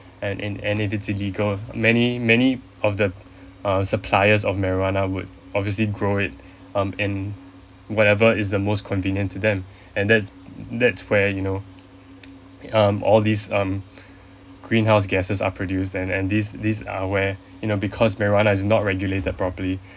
and in and it is illegal many many of the uh suppliers of marijuana would obviously grow it um in whatever is the most convenient to them and that's that's where you know um all these um green house gasses are produce and and these these are where you know because marijuana is not regulated properly